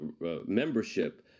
membership